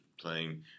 playing